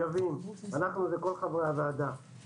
כל חרי הוועדה